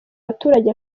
abaturage